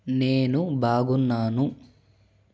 నేను బాగున్నాను